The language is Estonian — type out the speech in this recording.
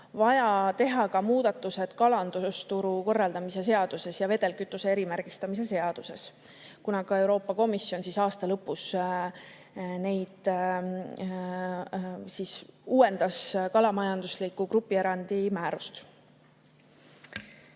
vaja teha muudatused ka kalandusturu korraldamise seaduses ja vedelkütuse erimärgistamise seaduses, kuna Euroopa Komisjon aasta lõpus uuendas kalamajandusliku grupierandi määrust.